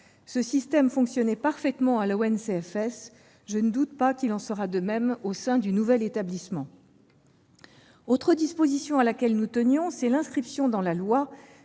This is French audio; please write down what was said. Ce système fonctionnait parfaitement à l'ONCFS, et je ne doute pas qu'il en sera de même au sein du nouvel établissement. Autre disposition à laquelle nous tenions : l'inscription dans la loi